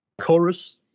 chorus